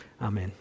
Amen